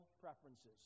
preferences